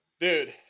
dude